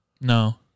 no